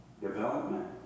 development